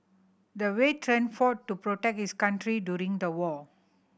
the veteran fought to protect his country during the war